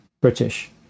British